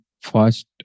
first